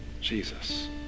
Jesus